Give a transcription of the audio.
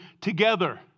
together